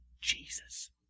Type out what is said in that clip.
Jesus